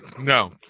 No